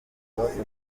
mbere